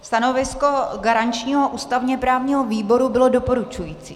Stanovisko garančního ústavněprávního výboru bylo doporučující.